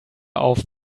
auf